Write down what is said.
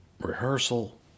rehearsal